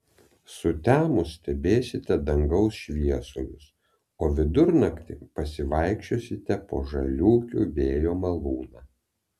sutemus stebėsite dangaus šviesulius o vidurnaktį pasivaikščiosite po žaliūkių vėjo malūną